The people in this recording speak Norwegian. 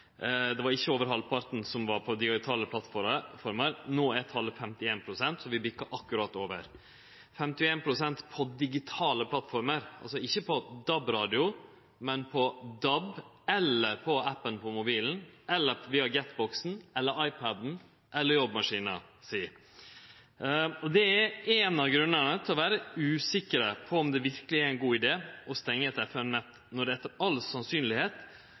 ikkje var flytta over. Det var ikkje over halvparten som var på digitale plattformer. No er talet 51 pst., så vi bikkar akkurat over – 51 pst. på digitale plattformer, ikkje på DAB-radio, men på DAB eller på appen på mobilen, via Get-boksen, iPad-en eller jobbmaskina si. Det er ein av grunnane til å vere usikker på om det verkeleg er ein god idé å stengje FM-nettet når det etter